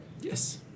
Yes